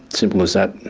simple as that,